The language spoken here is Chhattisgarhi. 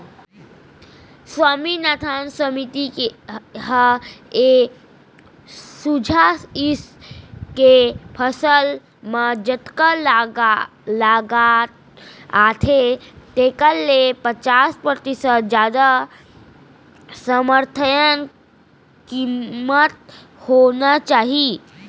स्वामीनाथन समिति ह ए सुझाइस के फसल म जतका लागत आथे तेखर ले पचास परतिसत जादा समरथन कीमत होना चाही